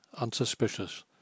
unsuspicious